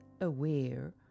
aware